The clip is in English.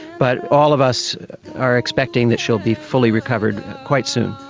but all of us are expecting that she will be fully recovered quite soon.